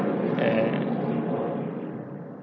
and